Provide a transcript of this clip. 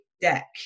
Deck